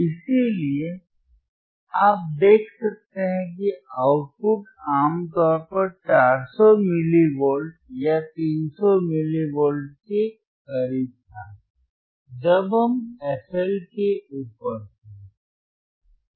इसलिए आप देख सकते हैं कि आउटपुट आम तौर पर 400 मिली वोल्ट या 300 मिली वोल्ट के करीब था जब हम fL के ऊपर थे